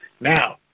Now